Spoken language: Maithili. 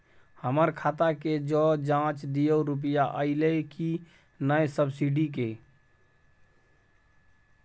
हमर खाता के ज जॉंच दियो रुपिया अइलै की नय सब्सिडी के?